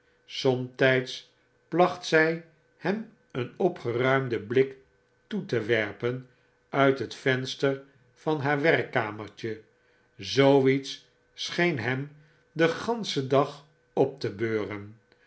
somtyds placht zy hem een opgeruimden blik toe te werpen uit het venster van haar werkkamertje zoo iets scheen hem den ganschen dag op te beuren